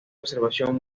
observación